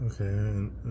okay